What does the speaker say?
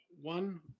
one